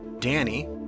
Danny